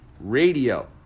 radio